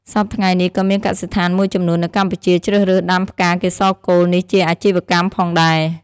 សព្វថ្ងៃនេះក៏មានកសិដ្ឋានមួយចំនួននៅកម្ពុជាជ្រើសរើសដំាផ្កាកេសរកូលនេះជាអាជីវកម្មផងដែរ។